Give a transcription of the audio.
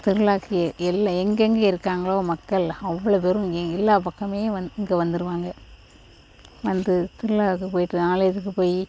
திருவிழாவுக்கு எல்லாம் எங்கே எங்கே இருக்காங்களோ மக்கள் அவ்வளோ பேரும் எல்லா பக்கம் வந்து இங்கே வந்துடுவாங்க வந்து திருவிழாவுக்கு போய்ட்டு ஆலயத்துக்கு போய்